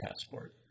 passport